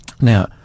Now